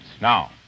Now